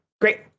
Great